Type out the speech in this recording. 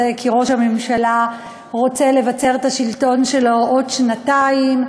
היא שראש הממשלה רוצה לבצר את השלטון שלו עוד שנתיים: